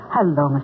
Hello